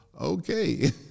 Okay